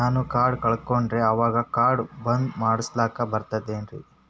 ನಾನು ಕಾರ್ಡ್ ಕಳಕೊಂಡರ ಅವಾಗ ಕಾರ್ಡ್ ಬಂದ್ ಮಾಡಸ್ಲಾಕ ಬರ್ತದೇನ್ರಿ?